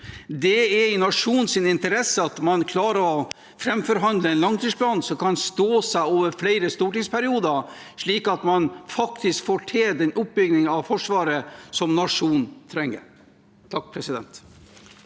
Det er i nasjonens interesse at man klarer å framforhandle en langtidsplan som kan stå seg over flere stortingsperioder, slik at man faktisk får til den oppbyggingen av Forsvaret som nasjonen trenger.